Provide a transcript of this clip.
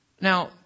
now